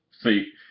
See